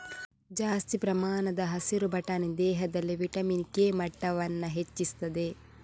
ಜಾಸ್ತಿ ಪ್ರಮಾಣದ ಹಸಿರು ಬಟಾಣಿ ದೇಹದಲ್ಲಿ ವಿಟಮಿನ್ ಕೆ ಮಟ್ಟವನ್ನ ಹೆಚ್ಚಿಸ್ತದೆ